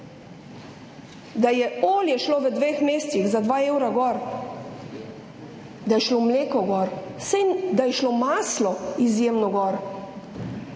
da je šlo olje v dveh mesecih za 2 evra gor, da je šlo mleko gor, da je šlo maslo izjemno gor